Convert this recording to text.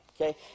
Okay